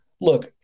Look